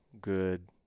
Good